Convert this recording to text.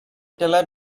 teller